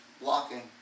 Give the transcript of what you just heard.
blocking